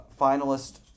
finalist